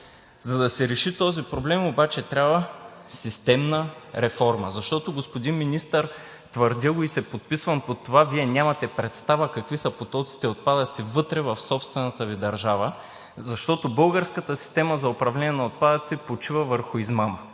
За да се реши този проблем обаче, трябва системна реформа. Защото, господин Министър, твърдя го и се подписвам под това, Вие нямате представа какви са потоците отпадъци вътре в собствената Ви държава, защото българската система за управление на отпадъци почива върху измама.